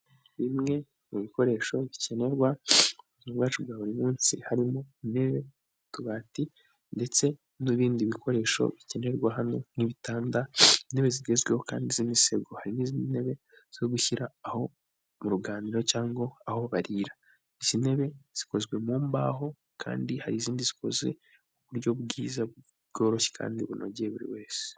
Bimwe mu bikoresho bikenerwa ubwacu bwa buri munsi harimo intebe, utubati, ndetse n'ibindi bikoresho bikenerwa hamwe nk'ibitanda, intebe zigezweho kandi z'imisego hari n'izindi ntebe zo gushyira aho mu ruganiriro cyangwa aho barira, izi ntebe zikozwe mu mbaho kandi hari izindi zikoze ku buryo bwiza bworoshye kandi bunogeye buri wese.